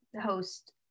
host